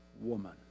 woman